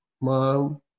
mom